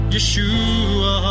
Yeshua